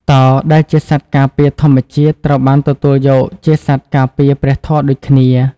តោ ដែលជាសត្វការពារធម្មជាតិ ត្រូវបានទទួលយកជាសត្វការពារព្រះធម៌ដូចគ្នា។